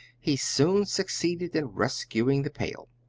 he soon succeeded in rescuing the pail.